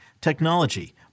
technology